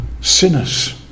sinners